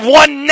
one